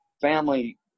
family